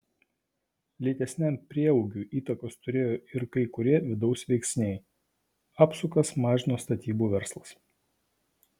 lėtesniam prieaugiui įtakos turėjo ir kai kurie vidaus veiksniai apsukas mažino statybų verslas